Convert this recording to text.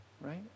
Right